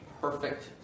perfect